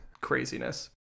craziness